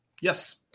Yes